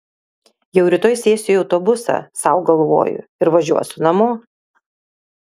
jau rytoj sėsiu į autobusą sau galvoju ir važiuosiu namo